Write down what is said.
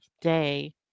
day